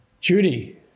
Judy